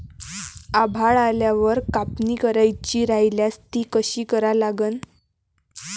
आभाळ आल्यावर कापनी करायची राह्यल्यास ती कशी करा लागन?